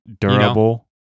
durable